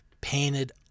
painted